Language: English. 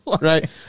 right